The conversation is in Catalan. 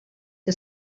que